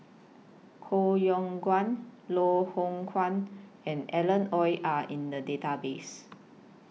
Koh Yong Guan Loh Hoong Kwan and Alan Oei Are in The Database